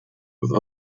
with